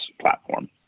platform